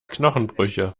knochenbrüche